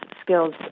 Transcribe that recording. skills